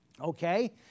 Okay